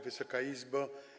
Wysoka Izbo!